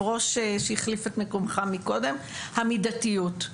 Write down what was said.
ראש שהחליף את מקומך מקודם המידתיות,